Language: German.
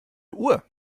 uhr